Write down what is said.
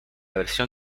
versión